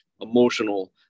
emotional